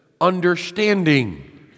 understanding